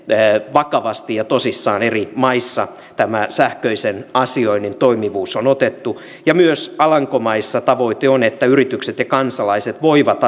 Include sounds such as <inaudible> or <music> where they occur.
vakavasti ja tosissaan on eri maissa tämä sähköisen asioinnin toimivuus otettu myös alankomaissa tavoite on että yritykset ja kansalaiset voivat <unintelligible>